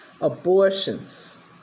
abortions